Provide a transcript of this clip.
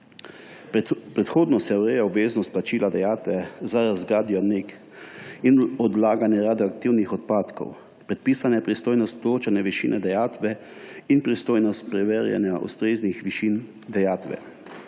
Predhodno se ureja obveznost plačila dajatve za razgradnjo NEK in odlaganja radioaktivnih odpadkov. Predpisana je pristojnost določene višine dajatve in pristojnost preverjanja ustreznih višin dajatve.